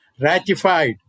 ratified